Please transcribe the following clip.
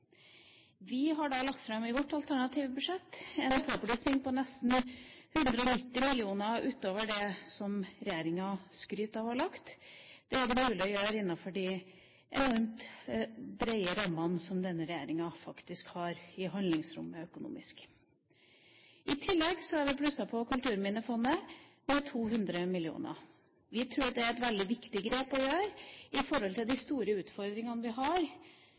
Vi har lagt fram i vårt alternative budsjett en påplussing på nesten 190 mill. kr utover det som regjeringa skryter av å ha lagt fram. Det er det mulig å gjøre innenfor de enormt brede rammene som denne regjeringa faktisk har i handlingsrommet økonomisk. I tillegg har vi plusset på Kulturminnefondet med 200 mill. kr. Vi tror at det er et veldig viktig grep å gjøre i forhold til de store utfordringene vi har